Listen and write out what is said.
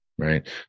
right